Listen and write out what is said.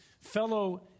fellow